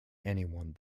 anyone